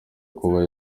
kuba